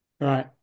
Right